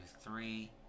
three